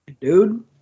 Dude